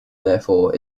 therefore